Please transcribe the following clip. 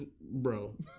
bro